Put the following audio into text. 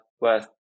worth